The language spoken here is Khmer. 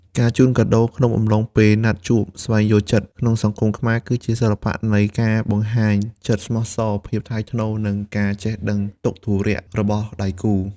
ការជូនកាដូក្នុងកំឡុងពេល «ណាត់ជួបស្វែងយល់ចិត្ត» ក្នុងសង្គមខ្មែរ គឺជាសិល្បៈនៃការបង្ហាញចិត្តស្មោះសរ ភាពថ្លៃថ្នូរ និងការចេះដឹងទុក្ខធុរៈរបស់ដៃគូ។